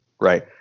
right